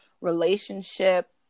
relationship